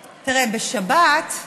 בשבת,